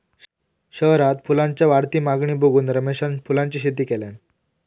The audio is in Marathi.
शहरात फुलांच्या वाढती मागणी बघून रमेशान फुलांची शेती केल्यान